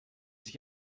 sich